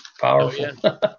Powerful